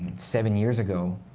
seven years ago,